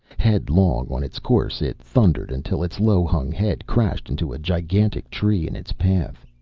headlong on its course it thundered until its low-hung head crashed into a gigantic tree in its path.